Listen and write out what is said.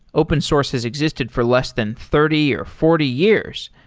open source has existed for less than thirty or forty years,